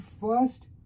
first